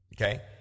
okay